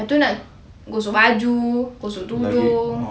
lepas tu nak gosok baju gosok tudung